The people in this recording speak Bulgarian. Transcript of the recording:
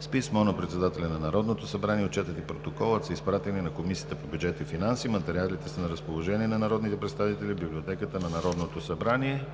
С писмо на председателя на Народното събрание Отчетът и Протоколът са изпратени на Комисията по бюджет и финанси. Материалите са на разположение на народните представители в Библиотеката на Народното събрание.